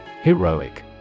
Heroic